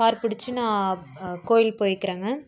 car பிடித்து நான் கோவிலுக்கு போய்க்குறேங்க